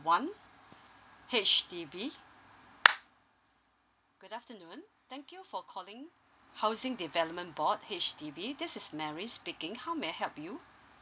one H_D_B good afternoon thank you for calling housing development board H_D_B this is mary speaking how may I help you